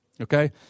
Okay